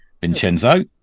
Vincenzo